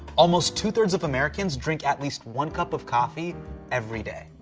almost two-thirds of americans drink at least one cup of coffee every day.